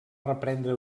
reprendre